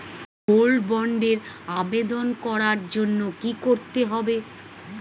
Gold বন্ডের জন্য আবেদন করার জন্য কি করতে হবে?